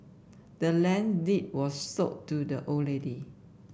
the land's deed was sold to the old lady